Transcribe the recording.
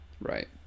Right